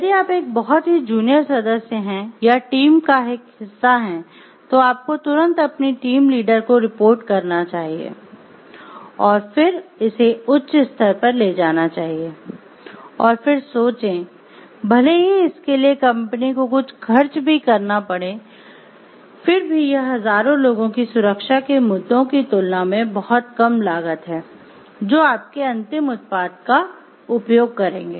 यदि आप एक बहुत ही जूनियर सदस्य हैं या टीम का एक हिस्सा है तो आपको तुरंत अपनी टीम लीडर को रिपोर्ट करना चाहिए और फिर इसे उच्च स्तर पर ले जाना चाहिए और फिर सोचें भले ही इसके लिए कंपनी को कुछ खर्च भी करना पड़े फिर भी यह हजारों लोगों की सुरक्षा के मुद्दों की तुलना में बहुत कम लागत है जो आपके अंतिम उत्पाद का उपयोग करेंगे